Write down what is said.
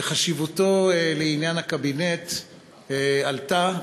וחשיבותו לעניין הקבינט עלתה,